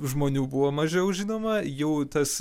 žmonių buvo mažiau žinoma jų tos